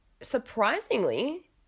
surprisingly